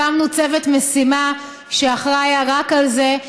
והקמנו צוות משימה שאחראי רק לזה,